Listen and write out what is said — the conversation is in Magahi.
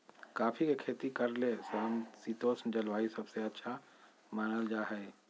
कॉफी के खेती करे ले समशितोष्ण जलवायु सबसे अच्छा मानल जा हई